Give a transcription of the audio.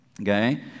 okay